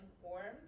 informed